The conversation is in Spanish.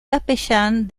capellán